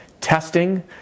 testing